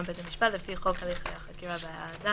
בית המשפט לפי חוק הליכי חקירה והעדה